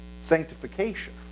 sanctification